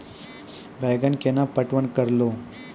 बैंगन केना पटवन करऽ लो?